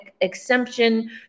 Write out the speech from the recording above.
exemption